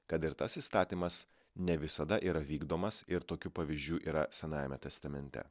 kad ir tas įstatymas ne visada yra vykdomas ir tokių pavyzdžių yra senajame testamente